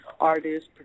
artists